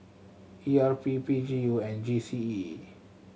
E R P P G U and G C E